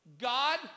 God